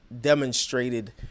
demonstrated